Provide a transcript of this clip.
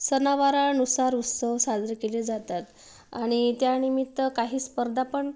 सणावारानुसार उत्सव साजरे केले जातात आणि त्या निमित्त काही स्पर्धा पण